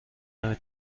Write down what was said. نمی